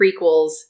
prequels